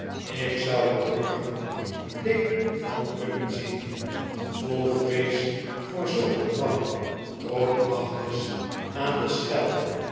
ik zou er morgen bleek van kunnen uitzien vol vrees voor zulk een ramp trok magnus aan de schel